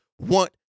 want